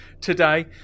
today